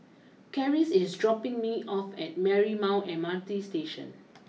Karis is dropping me off at Marymount M R T Station